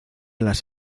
las